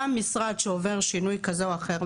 גם משרד שעובר שינוי כזה או אחר,